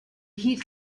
heat